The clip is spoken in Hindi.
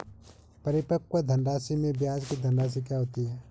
परिपक्व धनराशि में ब्याज की धनराशि क्या होती है?